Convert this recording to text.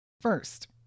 First